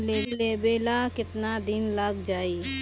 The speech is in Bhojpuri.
लोन लेबे ला कितना दिन लाग जाई?